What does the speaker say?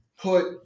put